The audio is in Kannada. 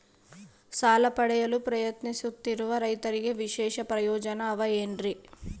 ಸಾಲ ಪಡೆಯಲು ಪ್ರಯತ್ನಿಸುತ್ತಿರುವ ರೈತರಿಗೆ ವಿಶೇಷ ಪ್ರಯೋಜನ ಅವ ಏನ್ರಿ?